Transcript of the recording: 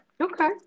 Okay